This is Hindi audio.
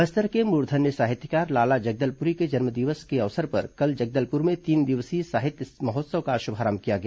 बस्तर के मूर्धन्य साहित्यकार लाला जगदलपुरी के जन्मदिवस के अवसर पर कल जगदलपुर में तीन दिवसीय साहित्य महोत्सव का शुभारंभ किया गया